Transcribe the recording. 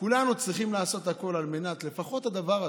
כולנו צריכים לעשות הכול, ולפחות הדבר הזה,